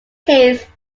case